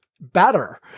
better